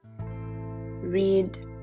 Read